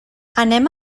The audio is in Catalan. anem